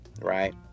right